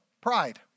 pride